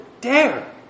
dare